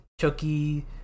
Chucky